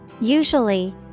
Usually